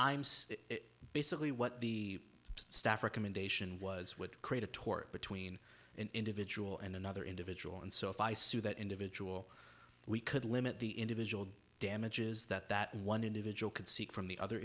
still basically what the staff recommendation was would create a tort between an individual and another individual and so if i sue that individual we could limit the individual damages that that one individual could seek from the other